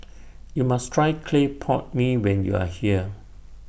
YOU must Try Clay Pot Mee when YOU Are here